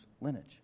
lineage